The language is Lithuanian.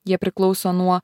jie priklauso nuo